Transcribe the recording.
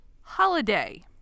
Holiday